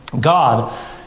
God